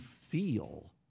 feel